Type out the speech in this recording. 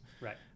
right